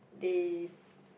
they